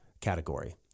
category